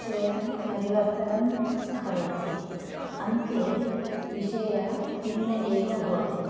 विषयान् परिवर्तनं करोति अन्ते विषय भिन्न एव भवति